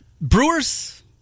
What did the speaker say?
Brewers